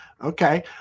Okay